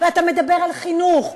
ואתה מדבר על חינוך,